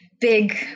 big